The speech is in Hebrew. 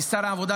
אני שר העבודה,